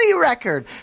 record